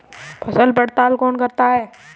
फसल पड़ताल कौन करता है?